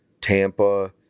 Tampa